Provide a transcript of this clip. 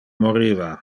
moriva